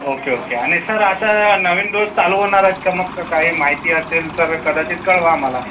okay okay आणि sir आता नवीन डोस चालू होणार आहेत का मग काही माहिती असेल तर कदाचित कळवा आम्हाला